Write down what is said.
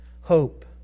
hope